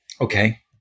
Okay